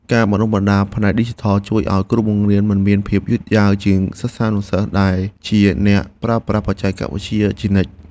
ការបណ្តុះបណ្តាលផ្នែកឌីជីថលជួយឱ្យគ្រូបង្រៀនមិនមានភាពយឺតយ៉ាវជាងសិស្សានុសិស្សដែលជាអ្នកប្រើប្រាស់បច្ចេកវិទ្យាជានិច្ច។